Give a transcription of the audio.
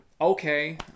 okay